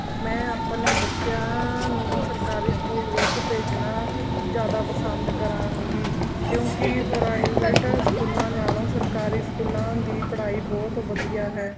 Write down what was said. ਮੈਂ ਆਪਣੇ ਬੱਚਿਆਂ ਨੂੰ ਸਰਕਾਰੀ ਸਕੂਲ ਵਿੱਚ ਭੇਜਣਾ ਜ਼ਿਆਦਾ ਪਸੰਦ ਕਰਾਂਗੀ ਕਿਉਂਕਿ ਪ੍ਰਾਈਵੇਟ ਸਕੂਲਾਂ ਨਾਲੋਂ ਸਰਕਾਰੀ ਸਕੂਲਾਂ ਦੀ ਪੜ੍ਹਾਈ ਬਹੁਤ ਵਧੀਆ ਹੈ